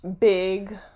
big